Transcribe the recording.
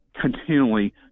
continually